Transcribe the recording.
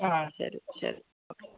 ആ ശരി ശരി ഓക്കെ